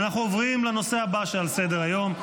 אנחנו עוברים לנושא הבא שעל סדר-היום: